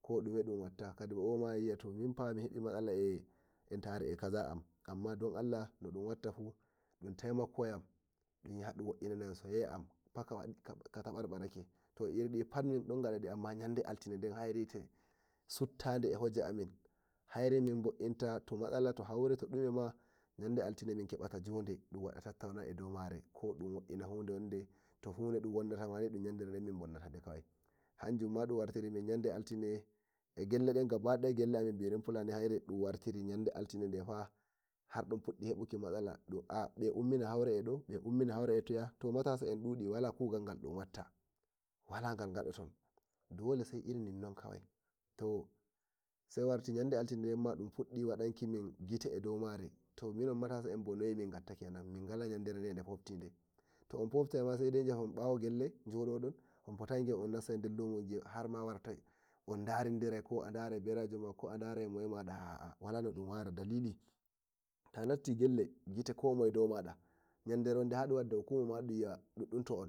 Ko ɗume ɗun watta Kadin bo oma mia min minhebi matsala eh kaza am amma dan Allah no ɗun watta fu dun taimako yam dun yaha dum wo'inana yam soyayya am fa ka tabarbarake to irin di min don ngadadi to amma yande altine haire wite suptane haire min bo'inta to matsalama to haurema yande altine min kepta jone min gatta tattaunaki eh dou mare ko dum wo'ina hunde wonde to hude dun wonnata mani yandere den min bonnatane kawai hanjum dun wariti min yande altine eh gelle den gaba daya gelle amin birin fulani haire dun warititi altine fa har dun fuɗɗi heɓuki matsala to matasa en ɗuɗi wala kungal gal ɗun watta wala gal gadoto dole sai irin ninnon kawai to sai warti yande altine den maɗun fuddi wadanki min gite eh ou mare minon matasa en bo min gala yandere fobtine to on fotaina saida yahon bawo gell njododon on fotayi bi'on on nassai der gelle har warta on dari dirai ko a darai bera ma aa wala no dun wara dalili ta nassi gelle gite komoye dou mada ko